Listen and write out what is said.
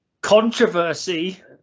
Controversy